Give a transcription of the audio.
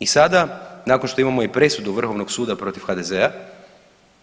I sada nakon što imamo i presudu Vrhovnog suda protiv HDZ-a